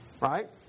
Right